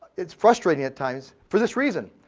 it's frustrating at times, for this reason.